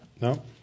No